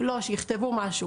לא, שיכתבו משהו.